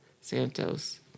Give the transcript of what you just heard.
santos